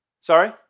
Sorry